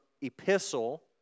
epistle